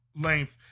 length